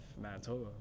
Manitoba